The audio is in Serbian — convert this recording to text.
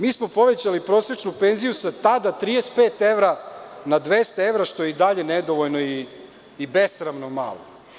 Mi smo povećali prosečnu penziju sa tada 35 evra na 200 evra, što je i dalje nedovoljno i besramno malo.